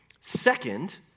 Second